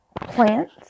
plants